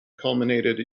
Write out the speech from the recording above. culminated